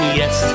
yes